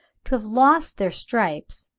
to have lost their stripes,